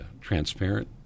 transparent